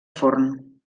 forn